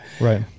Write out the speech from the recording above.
Right